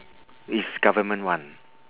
it's government one